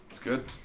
Good